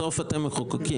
בסוף אתם מחוקקים.